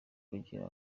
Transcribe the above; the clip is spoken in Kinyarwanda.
kugira